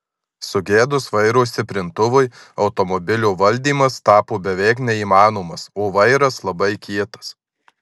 sugedus vairo stiprintuvui automobilio valdymas tapo beveik neįmanomas o vairas labai kietas